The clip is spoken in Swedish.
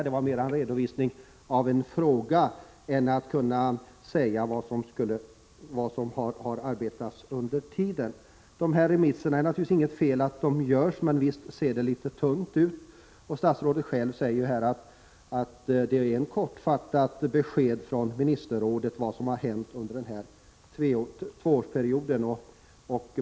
Det var mera en redovisning av en fråga än en redovisning av vad som arbetats fram under tiden. Det är naturligtvis inget fel att remisserna görs, men visst ser det litet tunt ut. Statsrådet säger själv att det är ett kortfattat besked från ministerrådet om vad som har hänt under denna tvåårsperiod.